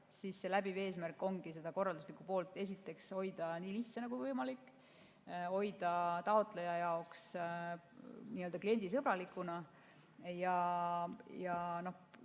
siis läbiv eesmärk ongi seda korralduslikku poolt hoida nii lihtsana kui võimalik, hoida seda taotleja jaoks kliendisõbralikuna. Ja